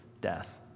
death